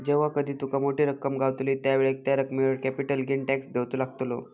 जेव्हा कधी तुका मोठी रक्कम गावतली त्यावेळेक त्या रकमेवर कॅपिटल गेन टॅक्स देवचो लागतलो